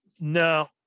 No